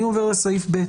אני עובר לסעיף ב',